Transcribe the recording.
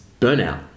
burnout